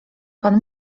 pan